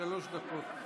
שלוש דקות.